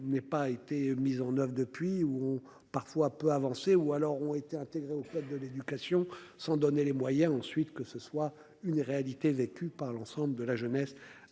n'aient pas été mises en oeuvre depuis ou ont parfois peu avancé ou alors ont été intégrées au code de l'éducation sans donner les moyens. Ensuite, que ce soit une réalité vécue par l'ensemble de la jeunesse